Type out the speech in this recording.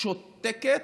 שותקת,